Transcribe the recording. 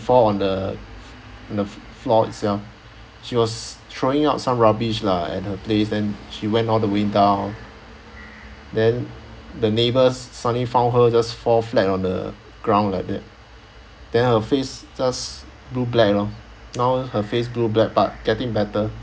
fall on the f~ on the floor itself she was throwing out some rubbish lah at her place then she went all the way down then the neighbours suddenly found her just fall flat on the ground like that then her face just blue black you know now her face blue black but getting better